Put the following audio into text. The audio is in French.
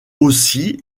aussi